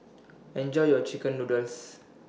Enjoy your Chicken Noodles